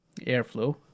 airflow